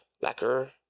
lacquer